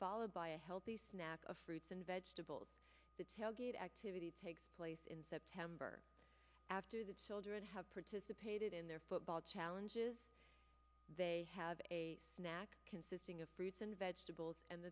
followed by a healthy snack of fruits and vegetables the tailgate activity takes place in september after the children have participated in their football challenges they have a snack consisting of fruits and vegetables and